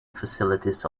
facilities